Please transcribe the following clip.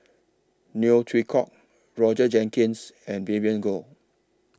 Neo Chwee Kok Roger Jenkins and Vivien Goh